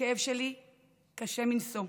הכאב שלי קשה מנשוא,